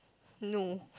no